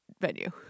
venue